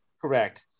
Correct